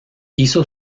hizo